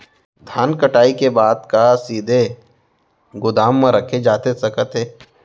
धान कटाई के बाद का सीधे गोदाम मा रखे जाथे सकत हे?